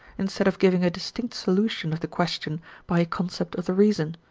instead of giving a distinct solution of the question by a concept of the reason.